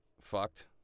fucked